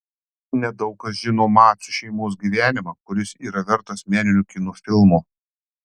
nedaug kas žino macių šeimos gyvenimą kuris yra vertas meninio kino filmo